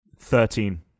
Thirteen